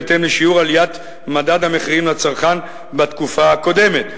בהתאם לשיעור עליית מדד המחירים לצרכן בתקופה הקודמת.